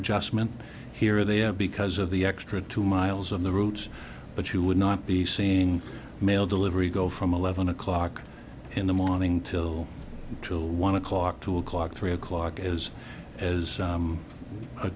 adjustment here or there because of the extra two miles of the routes but you would not be seeing mail delivery go from eleven o'clock in the morning till two one o'clock two o'clock three o'clock is as